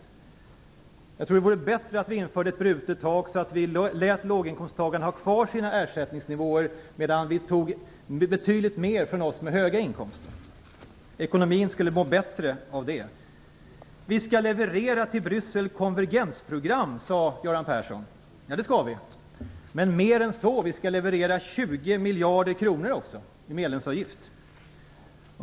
Jag tror att det vore bättre att vi införde ett brutet tak så att vi lät låginkomsttagarna ha kvar sina ersättningsnivåer medan vi tog betydligt mer från oss med höga inkomster. Ekonomin skulle må bättre av det. Vi skall leverera konvergensprogram till Bryssel, sade Göran Persson. Ja, det skall vi. Men mer än så - vi skall också leverera 20 miljarder kronor i medlemsavgift.